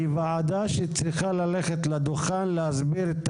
כוועדה שצריכה ללכת לדוכן להסביר את